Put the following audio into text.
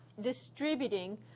distributing